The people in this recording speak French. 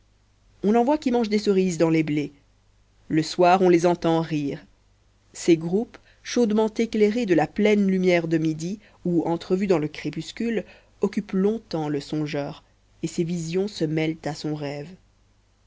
on en voit qui mangent des cerises dans les blés le soir on les entend rire ces groupes chaudement éclairés de la pleine lumière de midi ou entrevus dans le crépuscule occupent longtemps le songeur et ces visions se mêlent à son rêve